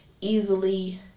easily